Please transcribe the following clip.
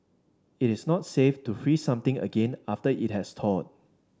it is not safe to freeze something again after it has thawed